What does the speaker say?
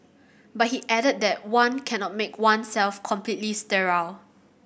but he added that one cannot make oneself completely sterile